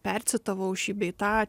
pericitavau šį bei tą